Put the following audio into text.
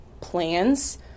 plans